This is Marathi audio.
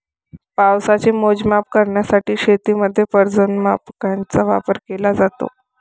पावसाचे मोजमाप करण्यासाठी शेतीमध्ये पर्जन्यमापकांचा वापर केला जातो